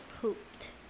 pooped